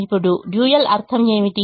ఇప్పుడు డ్యూయల్ అర్థం ఏమిటి